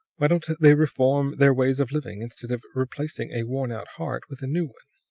why don't they reform their ways of living, instead of replacing a worn-out heart with a new one?